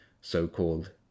so-called